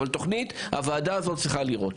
אבל, תוכנית הוועדה הזאת צריכה לראות.